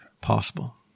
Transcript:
Possible